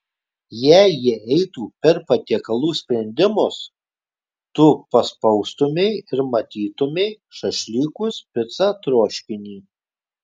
jei jie eitų per patiekalų sprendimus tu paspaustumei ir matytumei šašlykus picą troškinį